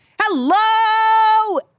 Hello